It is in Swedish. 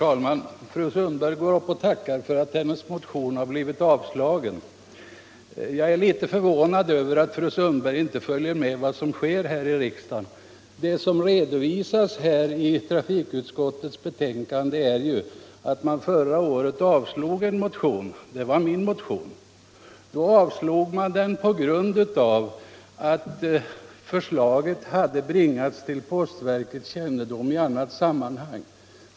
Herr talman! Fru Sundberg tackade för att hennes motion har blivit avstyrkt, men jag är litet förvånad över att fru Sundberg inte följer med vad som sker här i riksdagen. Vad som redovisas i trafikutskottets förevarande betänkande är nämligen att man förra året avstyrkte en motion som jag hade väckt. Den avstyrktes därför att förslaget hade bringats till postverkets kännedom i annan ordning.